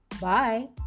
bye